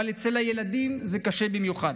אבל אצל הילדים זה קשה במיוחד.